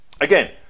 again